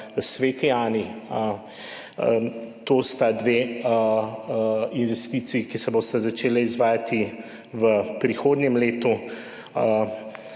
na Sveti Ani. To sta dve investiciji, ki se bosta začeli izvajati v prihodnjem letu.